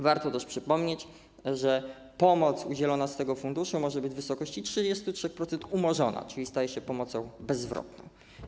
Warto też przypomnieć, że pomoc udzielona z tego funduszu może być w wysokości 33% umorzona, czyli staje się pomocą bezzwrotną.